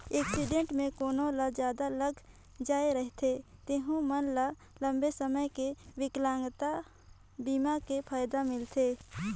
accident मे कोनो ल जादा लग जाए रथे तेहू मन ल लंबा समे के बिकलांगता बीमा के फायदा मिलथे